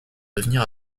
devenir